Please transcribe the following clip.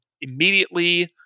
immediately